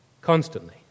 Constantly